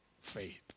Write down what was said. faith